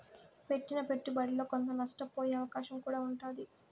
పెట్టిన పెట్టుబడిలో కొంత నష్టపోయే అవకాశం కూడా ఉంటాది